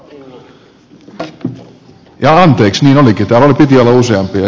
jaa anteeksi niin olikin täällä piti olla useampia